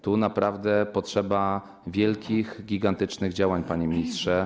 Tu naprawdę potrzeba wielkich, gigantycznych działań, panie ministrze.